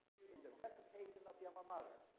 and the recitation of the alma mater.